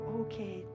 okay